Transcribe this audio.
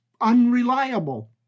unreliable